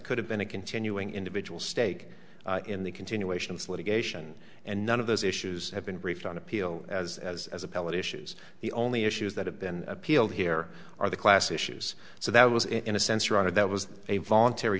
could have been a continuing individual stake in the continuation of this litigation and none of those issues have been briefed on appeal as as as appellate issues the only issues that have been appealed here are the class issues so that was in a sense your honor that was a voluntary